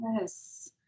Yes